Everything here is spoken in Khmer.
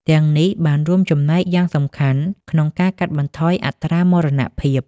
ទាំងនេះបានរួមចំណែកយ៉ាងសំខាន់ក្នុងការកាត់បន្ថយអត្រាមរណភាព។